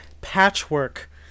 patchwork